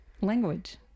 language